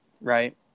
Right